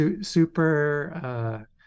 super